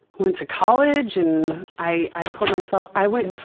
went to college and i i put myself, i went,